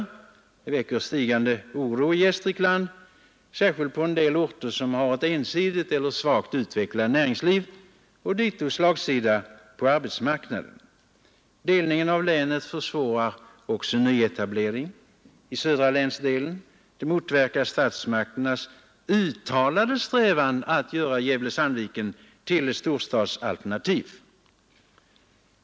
De väcker stigande oro i Gästrikland, särskilt i orter som har ett ensidigt eller svagt utvecklat näringsliv, och det uppstår slagsida på arbetsmarknaden. Delningen av länet försvårar också nyetablering i den södra länsdelen. Den motverkar statsmakternas uttalade strävan att göra Gävle—-Sandviken till ett storstadsalternativ.